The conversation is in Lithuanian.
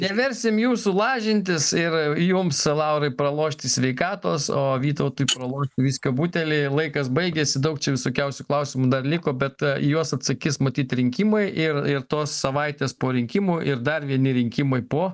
neversim jūsų lažintis ir jums laurai pralošti sveikatos o vytautui pralošti viskio butelį laikas baigėsi daug čia visokiausių klausimų dar liko bet į juos atsakys matyt rinkimai ir ir tos savaitės po rinkimų ir dar vieni rinkimai po